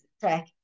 track